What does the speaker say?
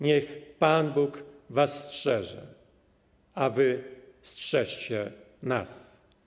Niech Pan Bóg was strzeże, a wy strzeżcie nas.